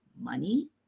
Money